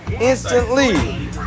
instantly